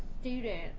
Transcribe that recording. student